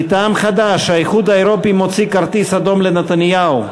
מטעם חד"ש: האיחוד האירופי מוציא כרטיס אדום לנתניהו,